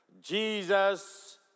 Jesus